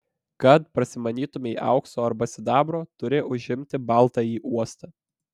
kad prasimanytumei aukso arba sidabro turi užimti baltąjį uostą